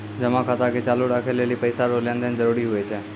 जमा खाता के चालू राखै लेली पैसा रो लेन देन जरूरी हुवै छै